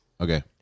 Okay